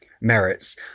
merits